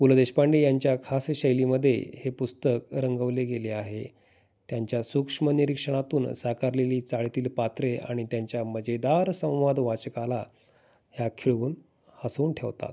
पु ल देशपांडे यांच्या खास शैलीमध्ये हे पुस्तक रंगवले गेले आहे त्यांच्या सूक्ष्म निरीक्षणातून साकारलेली चाळतील पात्रे आणि त्यांच्या मजेदार संवाद वाचकाला ह्या खिळून हसून ठेवतात